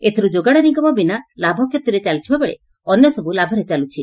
ଏଥିରୁ ଯୋଗାଣ ନିଗମ ବିନା ଲାଭ କ୍ଷତିରେ ଚାଲିଥିବା ବେଳେ ଅନ୍ୟସବୁ ଲାଭରେ ଚାଲୁଛି